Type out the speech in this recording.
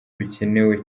bikenewe